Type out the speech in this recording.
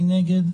מי נגד?